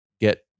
get